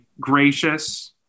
gracious